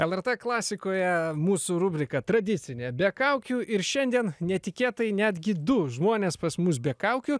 lrt klasikoje mūsų rubrika tradicinė be kaukių ir šiandien netikėtai netgi du žmuonės pas mus be kaukių